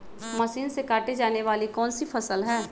Machine से काटे जाने वाली कौन सी फसल है?